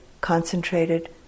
concentrated